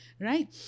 Right